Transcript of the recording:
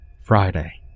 Friday